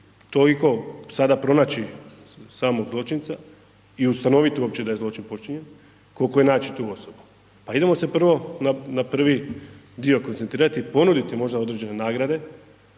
toliko sad pronaći samog zločinca i ustanoviti uopće da je zločin počinjen, koliko je naći tu osobu ali idemo se prvo na prvi dio koncentrirati, ponuditi možda određene nagrade